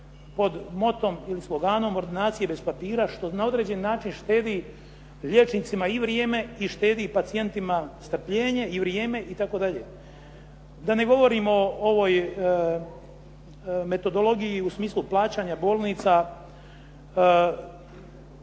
pod motom ili sloganom "Ordinacije bez papira" što na određen način štedi liječnicima i vrijeme i štedi pacijentima strpljene i vrijeme itd. Da ne govorim o ovoj metodologiji u smislu plaćanja bolnica